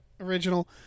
original